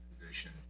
position